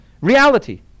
reality